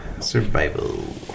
Survival